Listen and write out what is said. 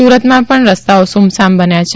સુરતમાં પણ રસ્તાઓ સુમસાન બન્યા છે